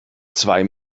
zwei